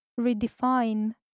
redefine